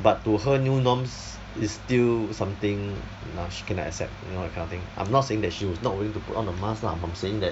but to her new norms is still something no she cannot accept you know that kinda thing I'm not saying that she was not willing to put on a mask lah I'm saying that